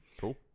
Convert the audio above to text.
cool